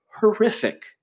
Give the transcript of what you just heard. horrific